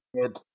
good